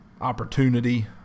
opportunity